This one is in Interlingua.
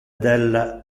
del